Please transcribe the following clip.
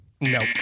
Nope